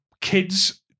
kids